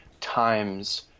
times